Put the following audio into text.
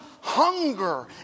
hunger